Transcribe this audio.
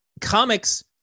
Comics